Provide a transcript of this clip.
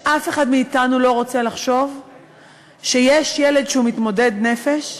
שאף אחד מאתנו לא רוצה לחשוב שיש ילד שהוא מתמודד נפש,